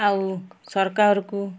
ଆଉ ସରକାରକୁ